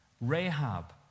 Rahab